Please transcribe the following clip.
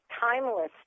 timeless